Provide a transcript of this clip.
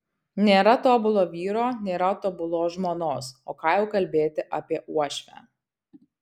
nėra tobulo vyro nėra tobulos žmonos o ką jau kalbėti apie uošvę